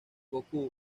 gokū